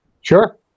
Sure